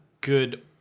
good